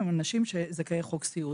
הם זכאי חוק סיעוד.